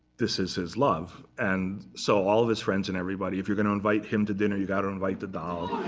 this is his love. and so all of his friends and everybody if you're going to invite him to dinner, you've got to invite the doll.